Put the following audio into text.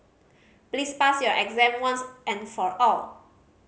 please pass your exam once and for all